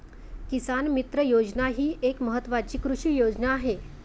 किसान मित्र योजना ही एक महत्वाची कृषी योजना आहे